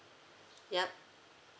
yup